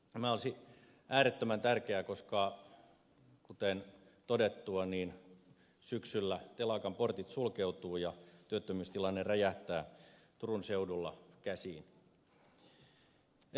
tämä olisi äärettömän tärkeää koska kuten todettua syksyllä telakan portit sulkeutuvat ja työttömyystilanne räjähtää turun seudulla käsiin